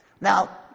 Now